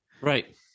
right